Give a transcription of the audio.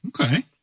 okay